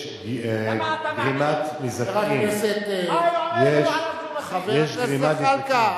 יש גרימת נזקים, חבר הכנסת, מה, יש גרימת נזקים,